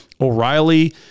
o'reilly